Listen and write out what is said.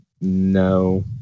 No